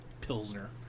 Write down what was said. pilsner